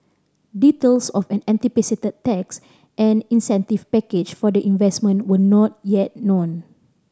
details of an anticipated tax and incentive package for the investment were not yet known